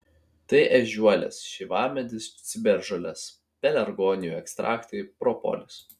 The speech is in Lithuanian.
tai ežiuolės šeivamedis ciberžolės pelargonijų ekstraktai propolis